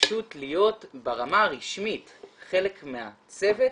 פשוט להיות ברמה הרשמית חלק מהצוות